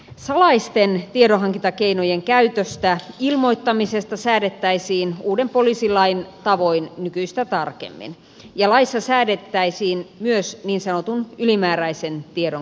salaisten tiedonhankintakeinojen käytöstä ilmoittamisesta säädettäisiin uuden poliisilain tavoin nykyistä tarkemmin ja laissa säädettäisiin myös niin sanotun ylimääräisen tiedon käyttämisestä